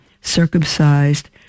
circumcised